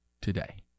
today